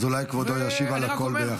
אז אולי כבודו ישיב על הכול ביחד.